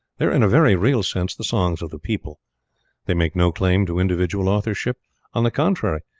they are in a very real sense the songs of the people they make no claim to individual authorship on the contrary,